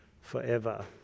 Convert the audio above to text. forever